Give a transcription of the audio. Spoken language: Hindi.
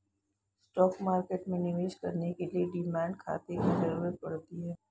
स्टॉक मार्केट में निवेश करने के लिए डीमैट खाता की जरुरत पड़ती है